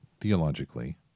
theologically